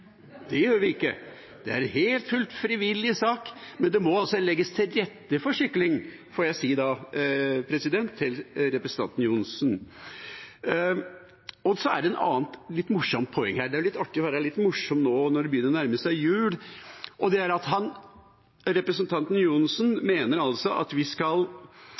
Det gjør vi ikke, det er en helt og fullt frivillig sak, men det må altså legges til rette for sykling, får jeg si til representanten Johnsen. Så er det et annet litt morsomt poeng her – det er jo litt artig å være litt morsom nå når det begynner å nærme seg jul. Én ting er at representanten Johnsen mener at vi eventuelt skal